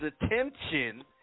attention